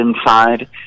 inside